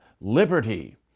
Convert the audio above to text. liberty